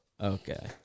Okay